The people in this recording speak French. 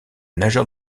nageurs